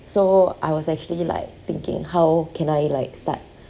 so I was actually like thinking how can I like start